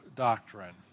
Doctrine